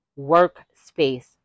workspace